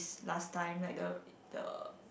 last time like the the